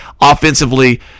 Offensively